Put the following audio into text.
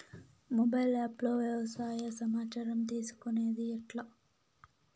Mobile app లో వ్యవసాయ సమాచారం తీసుకొనేది ఎట్లా?